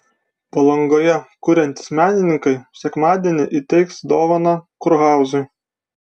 palangoje kuriantys menininkai sekmadienį įteiks dovaną kurhauzui